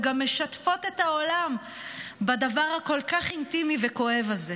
הן גם משתפות את העולם בדבר האינטימי והכואב כל כך הזה,